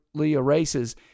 erases